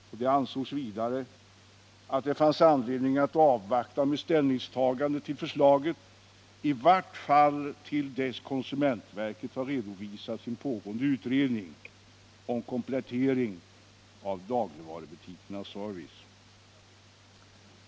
Motionärerna anser vidare att det finns anledning att avvakta med ett ställningstagande till förslaget, i vart fall till dess konsumentverket har redovisat sin pågående utredning om komplettering av dagligvarubutikernas service.